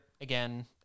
Again